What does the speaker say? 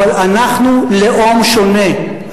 אבל אנחנו לאום שונה.